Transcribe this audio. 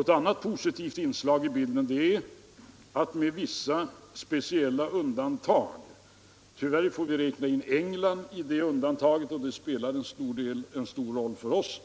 Ett annat positivt inslag i bilden är att med vissa speciella undantag —- tyvärr får vi räkna in England bland dessa undantag, och det spelar en stor roll för oss,